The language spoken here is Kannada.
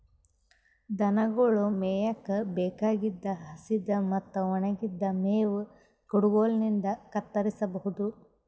ದನಗೊಳ್ ಮೇಯಕ್ಕ್ ಬೇಕಾಗಿದ್ದ್ ಹಸಿದ್ ಮತ್ತ್ ಒಣಗಿದ್ದ್ ಮೇವ್ ಕುಡಗೊಲಿನ್ಡ್ ಕತ್ತರಸಬಹುದು